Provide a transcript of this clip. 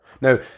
Now